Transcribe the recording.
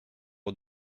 aux